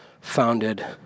founded